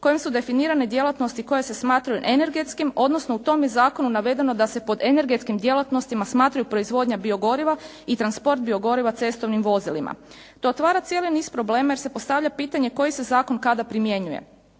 kojim su definirane djelatnosti koje se smatraju energetskim odnosno u tom je zakonu navedeno da se pod energetskim djelatnostima smatraju proizvodnja biogoriva i transport biogoriva cestovnim vozilima. To otvara cijeli niz problema jer se postavlja pitanje koji se zakon kada primjenjuje.